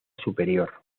superior